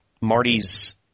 Marty's